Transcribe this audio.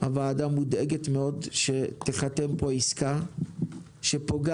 הוועדה מודאגת מאוד שתיחתם פה עסקה שפוגעת